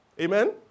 Amen